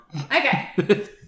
Okay